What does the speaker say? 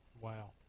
Wow